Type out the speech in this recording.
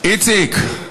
איציק,